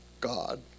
God